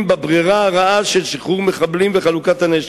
בברירה הרעה של שחרור מחבלים וחלוקת הנשק.